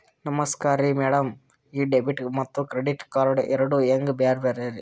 ನಮಸ್ಕಾರ್ರಿ ಮ್ಯಾಡಂ ಈ ಡೆಬಿಟ ಮತ್ತ ಕ್ರೆಡಿಟ್ ಕಾರ್ಡ್ ಎರಡೂ ಹೆಂಗ ಬ್ಯಾರೆ ರಿ?